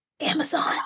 Amazon